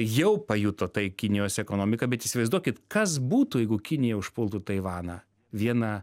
jau pajuto tai kinijos ekonomika bet įsivaizduokit kas būtų jeigu kinija užpultų taivaną vieną